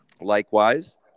Likewise